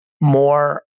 more